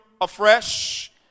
afresh